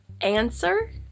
Answer